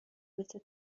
مثل